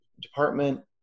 department